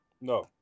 No